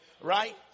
right